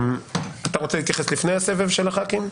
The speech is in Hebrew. אתה רוצה להתייחס לפני הסבב של חברי הכנסת?